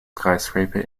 skyscraper